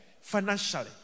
financially